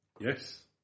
Yes